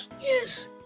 Yes